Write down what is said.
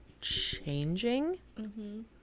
changing